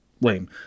lame